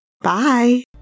Bye